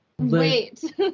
Wait